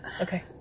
Okay